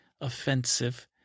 offensive